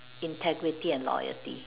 integrity and loyalty